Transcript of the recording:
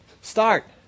Start